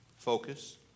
focus